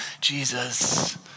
Jesus